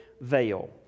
veil